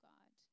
God